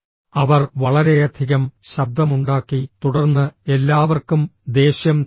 അവർ വളരെയധികം ശബ്ദമുണ്ടാക്കി തുടർന്ന് എല്ലാവർക്കും ദേഷ്യം തോന്നി